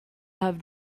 have